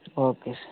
okay sir